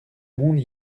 monde